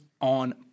on